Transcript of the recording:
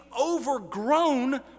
overgrown